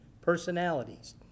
personalities